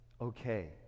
Okay